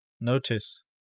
notice